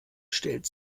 stellt